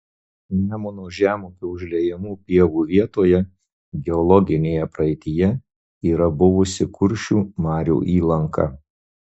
nemuno žemupio užliejamų pievų vietoje geologinėje praeityje yra buvusi kuršių marių įlanka